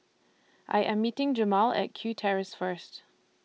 I Am meeting Jemal At Kew Terrace First